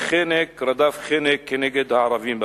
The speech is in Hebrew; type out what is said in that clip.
וחנק רדף חנק נגד הערבים במדינה,